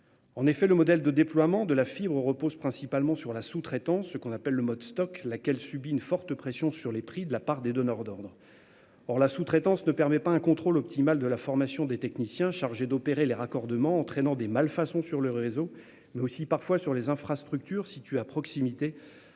En effet, le modèle de déploiement de la fibre repose principalement sur la sous-traitance- ce qu'on appelle le mode Stoc -, laquelle subit une forte pression sur les prix de la part des donneurs d'ordre. Or la sous-traitance ne permet pas un contrôle optimal de la formation des techniciens chargés d'effectuer les raccordements, ce qui entraîne des malfaçons non seulement sur le réseau, mais aussi parfois sur les infrastructures situées à proximité,